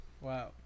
Wow